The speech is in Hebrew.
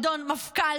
אדון מפכ"ל,